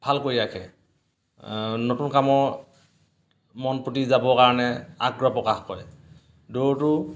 ভাল কৰি ৰাখে নতুন কামৰ মনপুতি যাবৰ কাৰণে আগ্ৰহ প্ৰকাশ কৰে দৌৰটো